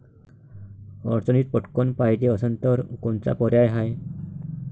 अडचणीत पटकण पायजे असन तर कोनचा पर्याय हाय?